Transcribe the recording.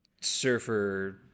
surfer